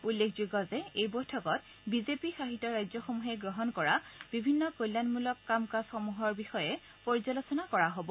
উল্লেখযোগ্য যে এই বৈঠকত বিজেপি শাসিত ৰাজ্যসমূহে গ্ৰহণ কৰা বিভিন্ন কল্যাণমূলক কাম কাজসমূহৰ বিষয়ে পৰ্যালোচনা কৰা হব